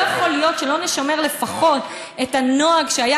לא יכול להיות שלא נשמר לפחות את הנוהג שהיה